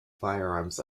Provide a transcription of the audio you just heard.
firearms